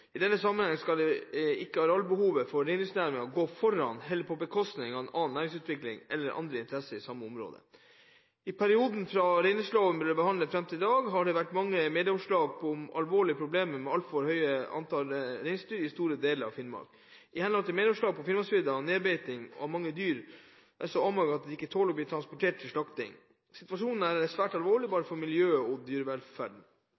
I denne sammenheng skal ikke arealbehovet for reindriftsnæringen gå foran eller på bekostning av annen næringsutvikling eller andre interesser i samme område. I perioden fra reindriftsloven ble behandlet og fram til i dag har det vært mange medieoppslag om alvorlige problemer med altfor høyt antall reinsdyr i store deler av Finnmark. I henhold til medieoppslag er Finnmarksvidda nedbeitet, og mange dyr er så avmagret at de ikke tåler å bli transportert til slakting. Situasjonen er svært alvorlig